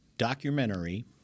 documentary